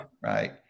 right